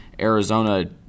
Arizona